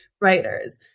writers